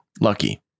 lucky